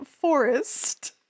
forest